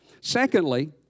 Secondly